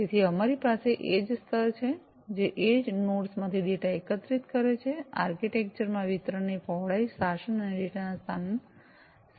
તેથી અમારી પાસે એડ્જ સ્તર છે જે એડ્જ નોડ્સ માંથી ડેટા એકત્રીત કરે છે આર્કિટેક્ચર માં વિતરણ ની પહોળાઈ શાસન અને ડેટાના સ્થાન શામેલ હોય છે